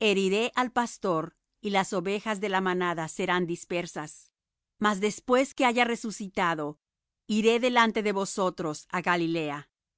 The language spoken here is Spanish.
heriré al pastor y las ovejas de la manada serán dispersas mas después que haya resucitado iré delante de vosotros á galilea